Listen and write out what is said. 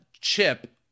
chip